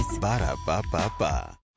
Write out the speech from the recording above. Ba-da-ba-ba-ba